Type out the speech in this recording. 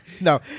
no